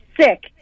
sick